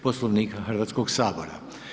Poslovnika Hrvatskog sabora.